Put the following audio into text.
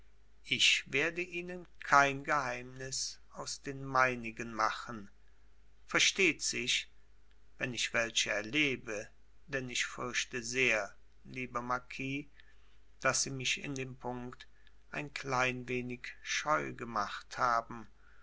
ich werde ihnen kein geheimnis aus den meinigen machen versteht sich wenn ich welche erlebe denn ich fürchte sehr lieber marquis daß sie mich in dem punkt ein klein wenig scheu gemacht haben